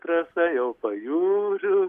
trasa jau pajūriu